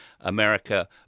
America